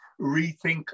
rethink